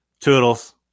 Toodles